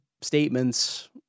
statements